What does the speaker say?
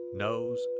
knows